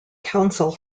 council